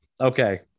okay